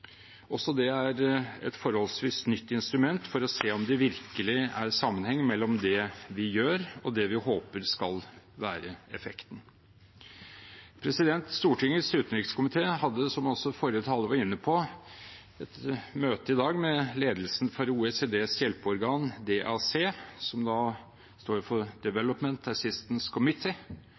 Også det er et forholdsvis nytt instrument for å se om det virkelig er sammenheng mellom det vi gjør, og det vi håper skal være effekten. Stortingets utenrikskomité hadde, som også forrige taler var inne på, et møte i dag med ledelsen for OECDs hjelpeorgan DAC, som står for Development